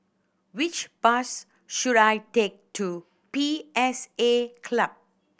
which bus should I take to P S A Club